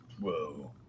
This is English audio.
Whoa